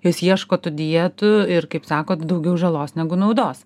jos ieško tų dietų ir kaip sakot daugiau žalos negu naudos